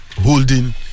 holding